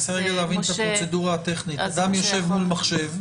אני רוצה רגע להבין את הפרוצדורה הטכנית: אדם יושב מול מחשב,